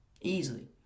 easily